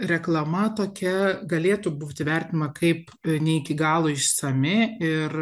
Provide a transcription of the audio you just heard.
reklama tokia galėtų būti vertinama kaip ne iki galo išsami ir